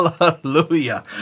Hallelujah